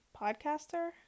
podcaster